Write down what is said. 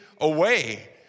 away